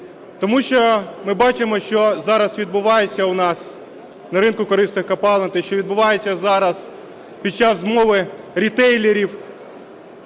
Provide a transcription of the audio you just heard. Тому що ми бачимо, що зараз відбувається у нас на ринку корисних копалин, те, що відбувається зараз під час змови рітейлерів,